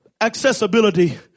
accessibility